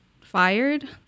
fired